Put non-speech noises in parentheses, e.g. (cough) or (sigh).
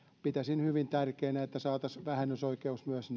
pitäisin hyvin tärkeänä että saataisiin vähennysoikeus myös (unintelligible)